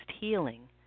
healing